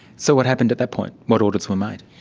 so what happened at that point, what orders were made?